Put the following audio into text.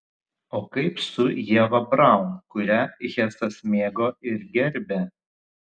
o kaip su ieva braun kurią hesas mėgo ir gerbė